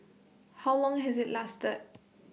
how long has IT lasted